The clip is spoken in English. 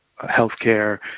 healthcare